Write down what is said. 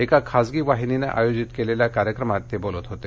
एका खासगी वाहिनीनं आयोजित केलेल्या कार्यक्रमात ते बोलत होते